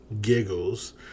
giggles